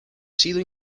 sido